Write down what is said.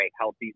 healthy